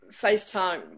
FaceTime